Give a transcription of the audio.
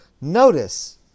Notice